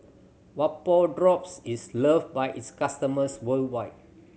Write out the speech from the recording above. vapodrops is loved by its customers worldwide